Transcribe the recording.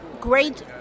great